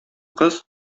кыз